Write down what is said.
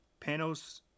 Panos